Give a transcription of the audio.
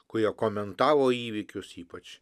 kurie komentavo įvykius ypač